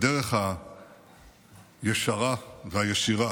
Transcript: הדרך הישרה והישירה